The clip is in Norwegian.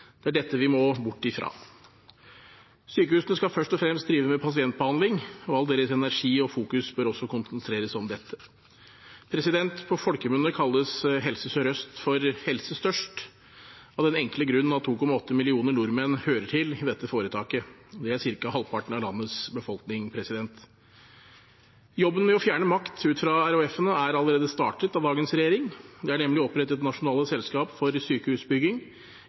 Det er dette vi må bort fra. Sykehusene skal først og fremst drive med pasientbehandling, og all deres energi og fokus bør også konsentreres om dette. På folkemunne kalles Helse Sør-Øst for Helse Størst, av den enkle grunn at 2,8 millioner nordmenn hører til i dette foretaket. Det er ca. halvparten av landets befolkning. Jobben med å fjerne makt fra RHF-ene er allerede startet av dagens regjering. Det er nemlig opprettet nasjonale selskaper for sykehusbygging,